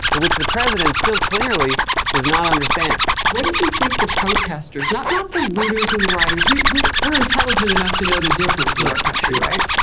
in which the president still clearly does not understand. what do you you think the protesters not not the looters and the rioters. we're we're intelligent enough to know the difference in our country, right?